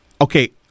okay